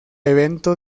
evento